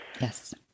Yes